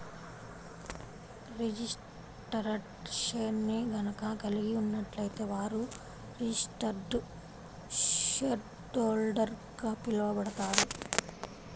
registered షేర్ని గనక కలిగి ఉన్నట్లయితే వారు రిజిస్టర్డ్ షేర్హోల్డర్గా పిలవబడతారు